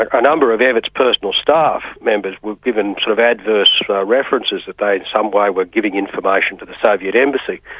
a number of evatt's personal staff members were given sort of adverse references that they'd in some way were giving information to the soviet embassy.